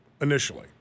Initially